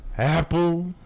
Apple